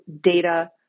data